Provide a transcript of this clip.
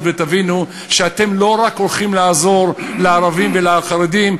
ותבינו שאתם לא רק הולכים לעזור לערבים ולחרדים,